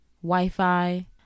Wi-Fi